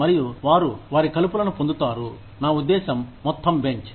మరియు వారు వారి కలుపులను పొందుతారు నా ఉద్దేశ్యం మొత్తం బెంచ్